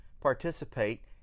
participate